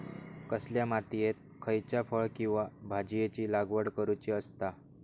कसल्या मातीयेत खयच्या फळ किंवा भाजीयेंची लागवड करुची असता?